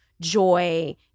joy